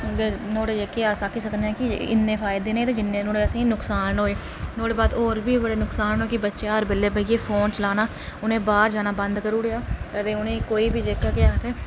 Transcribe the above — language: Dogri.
नुआढ़े जेह्के अस आक्खी सकनेआं कि इन्ने फायदे नि जिन्ने नुआढ़े असें ई नुक्सान होए नुआढ़े बाद होर बी नुक्सान न क्योंकी बच्चा हर बेल्लै बेहियै फोन चलाना उ'नें बाह्र जाना बंद करूड़ेआ अदे उ'नेंई कोई बी